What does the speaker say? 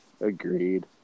Agreed